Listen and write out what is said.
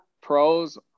pros